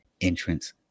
entrance